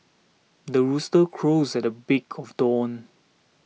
the rooster crows at the break of dawn